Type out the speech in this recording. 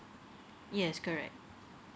yes correct